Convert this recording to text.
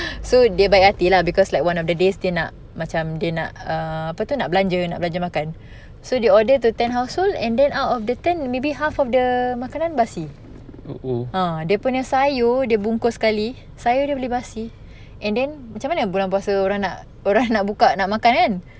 so dia baik hati lah because like one of the days dia nak macam dia nak apa tu nak belanja nak belanja makan so they order to ten household and then out of the ten maybe half of the makanan basi ah dia punya sayur dia bungkus sekali sayur dia boleh basi and then macam mana bulan puasa orang nak orang nak buka nak makan